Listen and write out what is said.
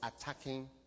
attacking